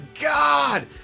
god